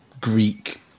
Greek